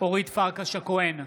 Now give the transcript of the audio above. אורית פרקש הכהן,